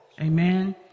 Amen